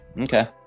Okay